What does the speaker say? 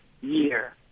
year